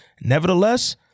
Nevertheless-